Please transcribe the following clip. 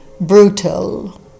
brutal